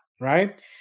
right